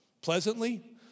pleasantly